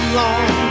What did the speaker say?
long